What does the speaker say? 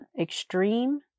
extreme